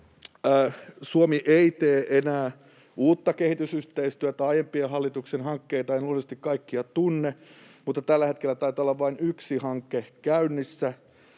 Suomi ei tee enää uutta kehitysyhteistyötä. Kaikkia aiempien hallituksien hankkeita en luonnollisesti tunne, mutta tällä hetkellä taitaa olla vain yksi hanke käynnissä